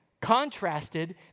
Contrasted